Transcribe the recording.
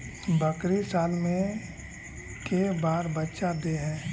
बकरी साल मे के बार बच्चा दे है?